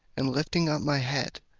and lifting up my head,